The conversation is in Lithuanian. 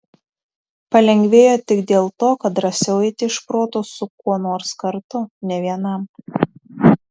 palengvėjo tik dėl to kad drąsiau eiti iš proto su kuo nors kartu ne vienam